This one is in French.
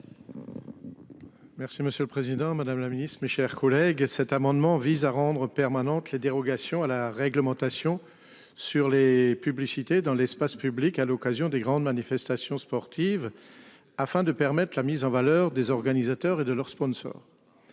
Merci, monsieur le Président Madame la Ministre, mes chers collègues. Cet amendement vise à rendre permanente les dérogations à la réglementation. Sur les publicités dans l'espace public à l'occasion des grandes manifestations sportives afin de permettre la mise en valeur des organisateurs et de leur sponsor.